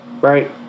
Right